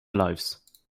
lives